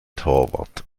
torwart